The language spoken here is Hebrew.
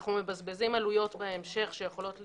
אנחנו מבזבזים עלויות בהמשך שיכולות להיחסך.